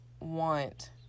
want